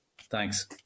thanks